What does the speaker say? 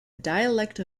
dialect